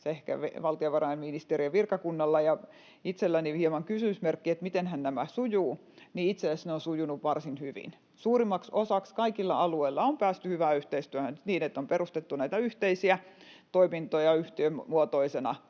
ehkä valtiovarainministeriön virkakunnalle ja itselleni hieman kysymysmerkki, mitenhän nämä sujuvat, mutta itse asiassa ne ovat sujuneet varsin hyvin. Suurimmaksi osaksi kaikilla alueilla on päästy hyvään yhteistyöhön niin, että on perustettu yhteisiä toimintoja yhtiömuotoisena